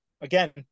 again